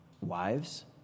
wives